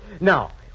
Now